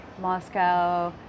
Moscow